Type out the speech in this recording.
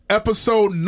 episode